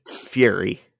fury